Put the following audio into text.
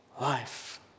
life